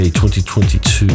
2022